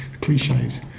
cliches